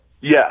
yes